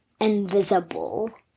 invisible